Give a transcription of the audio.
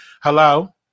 Hello